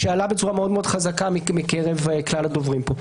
שעלה בצורה מאוד מאוד חזקה מקרב כלל הדוברים פה.